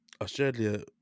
Australia